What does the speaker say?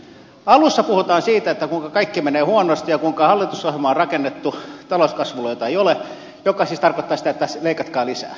alussa puhutaan siitä kuinka kaikki menee huonosti ja kuinka hallitusohjelma on rakennettu talouskasvulle jota ei ole mikä siis tarkoittaa sitä että leikatkaa lisää